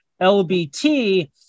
LBT